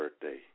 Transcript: birthday